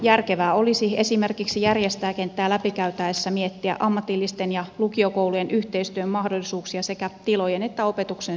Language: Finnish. järkevää olisi esimerkiksi järjestäjäkenttää läpikäytäessä miettiä ammatillisten ja lukiokoulujen yhteistyön mahdollisuuksia sekä tilojen että opetuksen suhteen